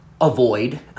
avoid